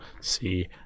see